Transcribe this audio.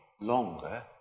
longer